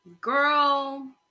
girl